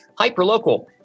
hyperlocal